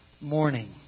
Morning